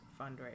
fundraiser